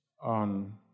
on